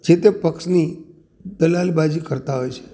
જે છે પક્ષની દલાલબાજી કરતાં હોય છે